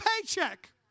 paycheck